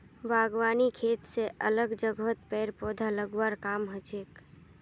बागवानी खेत स अलग जगहत पेड़ पौधा लगव्वार काम हछेक